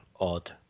odd